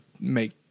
make